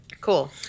Cool